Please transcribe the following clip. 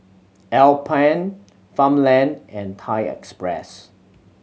Alpen Farmland and Thai Express